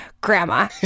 Grandma